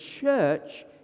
church